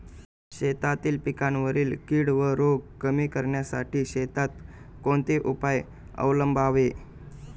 शेतातील पिकांवरील कीड व रोग कमी करण्यासाठी शेतात कोणते उपाय अवलंबावे?